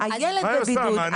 --- זה אני